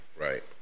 Right